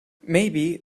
maybe